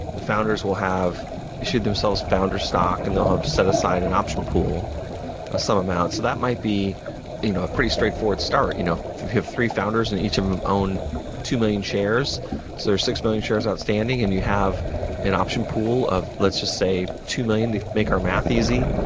the founders will have issued themselves founder stock and they'll have set aside an option pool of some amount. so that might be you know a pretty straightforward start. you know if you have three founders and each of them own two million shares, so there's six million shares outstanding and you have an option pool of, let's just say, two million to make our math easy.